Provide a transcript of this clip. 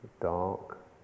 dark